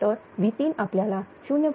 तर V3 आपल्याला 0